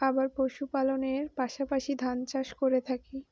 আবার পশুপালনের পাশাপাশি ধান চাষ করে থাকি